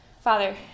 Father